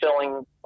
filling